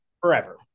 forever